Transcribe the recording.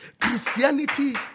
Christianity